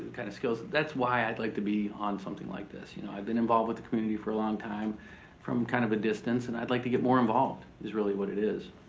ah kind of skills, that's why i'd like to be on something like this. you know i've been involved with the community for a long time from kind of a distance and i'd like to get more involved is really what it is.